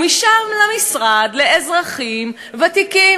ומשם למשרד לאזרחים ותיקים.